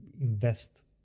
invest